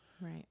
Right